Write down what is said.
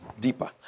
Deeper